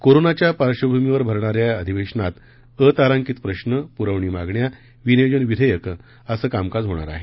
कोरोनाच्या पार्श्वभूमीवर भरणाऱ्या या अधिवेशनात अतारांकित प्रश्न पुरवणी मागण्या विनियोजन विधेयकं असं कामकाज होणार आहे